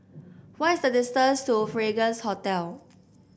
what is the distance to Fragrance Hotel